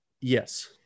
Yes